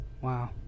Wow